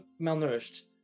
malnourished